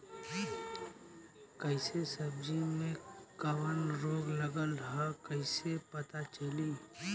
कौनो सब्ज़ी में कवन रोग लागल ह कईसे पता चली?